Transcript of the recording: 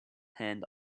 hand